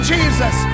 Jesus